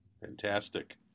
Fantastic